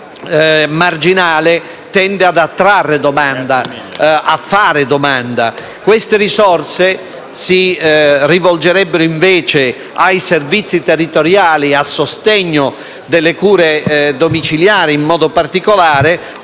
di offerta marginale, tende ad attrarre e accrescere la domanda. Queste risorse si rivolgerebbero invece ai servizi territoriali, a sostegno delle cure domiciliari in modo particolare,